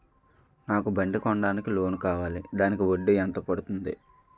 నాకు బండి కొనడానికి లోన్ కావాలిదానికి వడ్డీ ఎంత పడుతుంది?